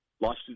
Lost